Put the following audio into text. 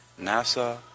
NASA